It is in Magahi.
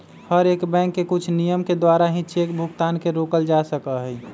हर एक बैंक के कुछ नियम के द्वारा ही चेक भुगतान के रोकल जा सका हई